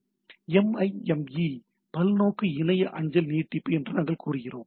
இது எம்ஐஎம்ஈ பல்நோக்கு இணைய அஞ்சல் நீட்டிப்பு என்று நாங்கள் கூறுகிறோம்